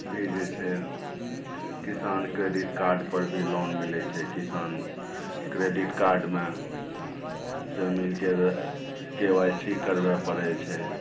भी जे छै किसान क्रेडिट कार्डपर भी लोन मिलै छै किसान क्रेडिट कार्डमे जमीनके के वाइ सी करबै पड़ै छै